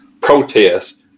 Protest